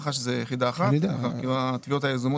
מח"ש זה יחידה אחת והתביעות היזומות זה משהו אחר.